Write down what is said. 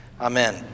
Amen